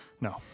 No